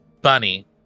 Bunny